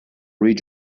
read